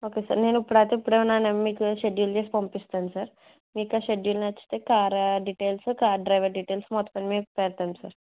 okay sir నేను ఇప్పుడైతే ఇప్పుడే నేను మీకు షెడ్యూల్ వేసి పంపిస్తాను సార్ మీకు ఆ షెడ్యూల్ నచ్చితే car details car driver details మొత్తం మీకు పెడతాను సార్